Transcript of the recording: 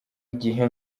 igihe